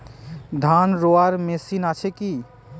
ধান রোয়ার মেশিন আছে কি?